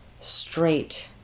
straight